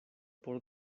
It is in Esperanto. por